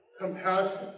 compassion